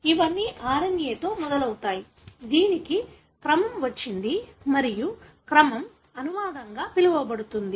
ఇవన్నీ RNA తో మొదలవుతాయి దీనికి క్రమం వచ్చింది మరియు క్రమం అనువాదంగా పిలువబడుతుంది